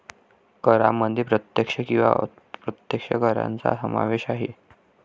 करांमध्ये प्रत्यक्ष किंवा अप्रत्यक्ष करांचा समावेश आहे